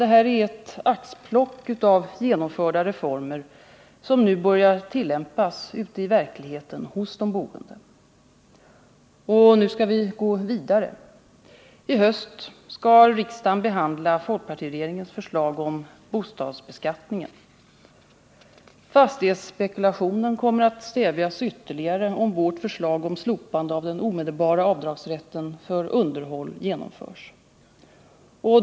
Detta är ett axplock av genomförda reformer som nu börjar tillämpas ute i verkligheten hos de boende. Och nu skall vi gå vidare. I höst skall riksdagen behandla folkpartiregeringens förslag om bostadsbeskattningen. Fastighetspekulationen kommer att ytterligare stävjas, om vårt förslag om slopande av den omedelbara avdragsrätten för underhåll genomförs.